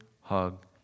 hug